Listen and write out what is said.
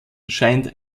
scheint